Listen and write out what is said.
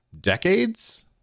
decades